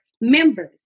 members